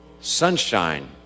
Sunshine